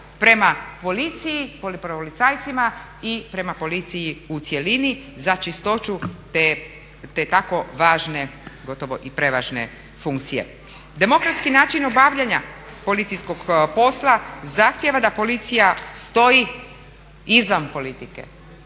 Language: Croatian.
prema policiji, prema policajcima i prema policiji u cjelini za čistoću te tako važne gotovo i prevažne funkcije. Demokratski način obavljanja policijskog posla zahtjeva da policija stoji izvan politike.